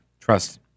trust